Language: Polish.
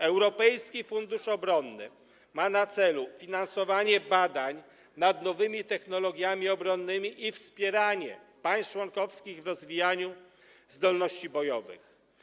Europejski Fundusz Obronny ma na celu finansowanie badań nad nowymi technologiami obronnymi i wspieranie państw członkowskich w rozwijaniu zdolności bojowych.